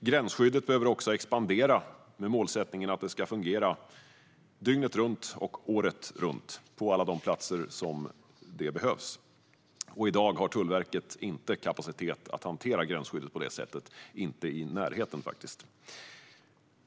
Gränsskyddet behöver också expandera med målsättningen att det ska fungera dygnet runt, året runt på alla platser där det behövs. I dag har Tullverket inte kapacitet att hantera gränsskyddet på det sättet, inte i närheten faktiskt.